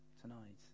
tonight